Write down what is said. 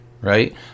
right